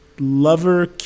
Lover